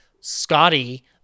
Scotty